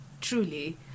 truly